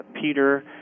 Peter